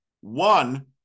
One